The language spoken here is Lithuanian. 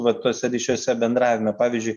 va tuose ryšiuose bendravime pavyzdžiui